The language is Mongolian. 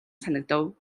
санагдав